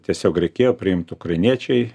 tiesiog reikėjo priimt ukrainiečiai